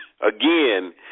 again